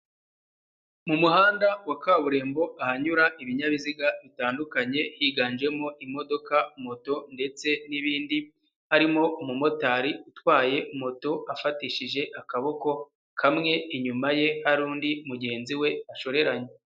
Mu muhanda wa kaburimbo ahanyura ibinyabiziga bitandukanye, higanjemo imodoka, moto ndetse n'ibindi, harimo umumotari utwaye moto afatishije akaboko kamwe, inyuma ye hari undi mugenzi we bashoreranye.